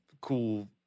cool